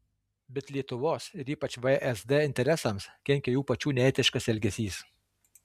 bet lietuvos ir ypač vsd interesams kenkia jų pačių neetiškas elgesys